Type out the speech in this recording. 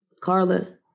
Carla